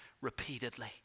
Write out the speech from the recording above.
repeatedly